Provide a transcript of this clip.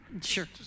Sure